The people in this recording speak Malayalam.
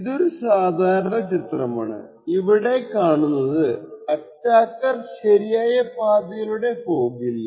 ഇതൊരു സാധാരണ ചിത്രമാണ് ഇവിടെ കാണുന്നത് അറ്റാക്കർ ശരിയായ പാതയിലൂടെ പോകില്ല